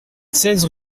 seize